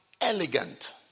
elegant